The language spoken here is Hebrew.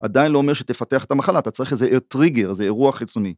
עדיין לא אומר שתפתח את המחלה, אתה צריך איזה טריגר, איזה אירוע חיצוני.